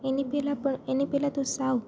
એની પહેલાં પણ એની પહેલાં તો સાવ